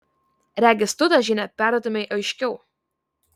regis tu tą žinią perduotumei aiškiau